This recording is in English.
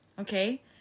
Okay